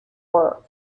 work